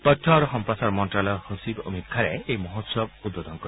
তথ্য আৰু সম্প্ৰচাৰ মন্ত্যালয়ৰ সচিব অমিত খাৰে এই মহোৎসৱ উদ্বোধন কৰিব